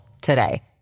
today